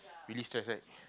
really stress right